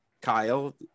Kyle